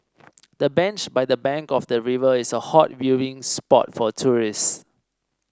the bench by the bank of the river is a hot viewing spot for tourists